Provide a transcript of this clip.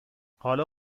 حالا